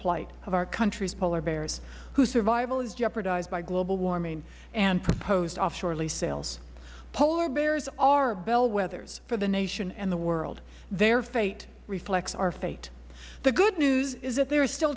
plight of our country's polar bears whose survival is jeopardized by global warming and proposed offshore lease sales polar bears are bellwethers for the nation and the world their fate reflects our fate the good news is that there is still